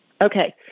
Okay